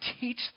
teach